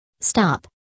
Stop